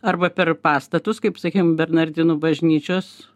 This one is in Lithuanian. arba per pastatus kaip sakykim bernardinų bažnyčios